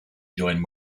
joined